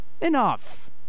Enough